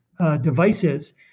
devices